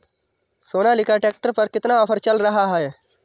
Sonalika tractor पर कितना offer चल रहा है?